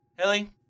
Hilly